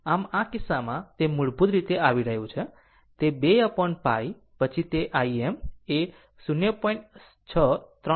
આમ આ કિસ્સામાં તે મૂળભૂત રીતે આવી રહ્યું છે તે 2 upon π પછી તે Im એ 0